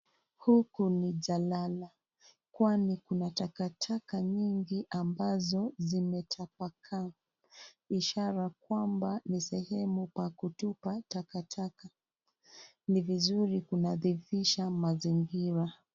Huku ni jalala, kwani kuna takataka nyingi , ambazo zimetapakaa, ishara kwamba ni sehemu pa kutupa takataka, ni vizuri kunadhifisha mazingira .